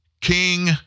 king